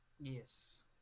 Yes